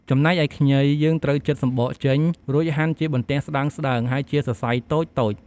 ចំណែកឯខ្ញី យើងត្រូវចិតសំបកចេញ រួចហាន់ជាបន្ទះស្ដើងៗ ហើយជាសរសៃតូចៗ។